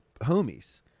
homies